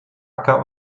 acker